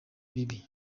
bibi